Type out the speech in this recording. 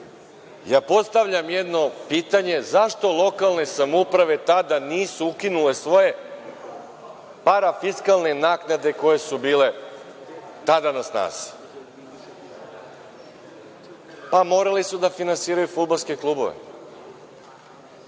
ja postavljam jedno pitanje – zašto lokalne samouprave tada nisu ukinule svoje parafiskalne naknade koje su bile tada na snazi? Pa, morali su da finansiraju fudbalske klubove.